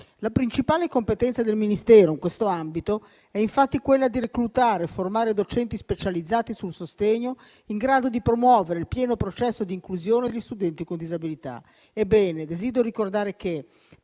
La principale competenza del Ministero in questo ambito è infatti quella di reclutare e formare docenti specializzati sul sostegno in grado di promuovere il pieno processo di inclusione degli studenti con disabilità. Ebbene, desidero ricordare che